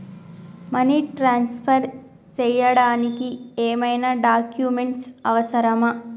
Money transfer చేయడానికి ఏమైనా documents అవసరమా?